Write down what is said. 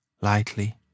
lightly